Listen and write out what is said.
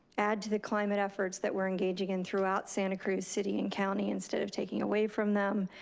add to the climate efforts that we're engaging in throughout santa cruz city and county instead of taking away from them,